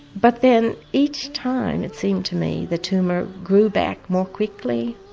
but then each time it seemed to me the tumour grew back more quickly